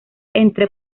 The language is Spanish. entre